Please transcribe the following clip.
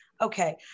okay